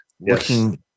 looking